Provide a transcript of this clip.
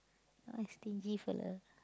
ah stingy fella